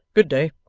good day